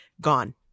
gone